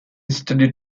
studied